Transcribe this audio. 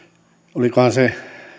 olikohan se